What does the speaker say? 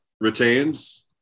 retains